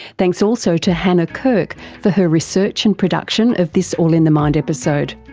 thanks also to hannah kirk for her research and production of this all in the mind episode.